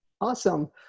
Awesome